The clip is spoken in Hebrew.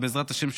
ובעזרת השם,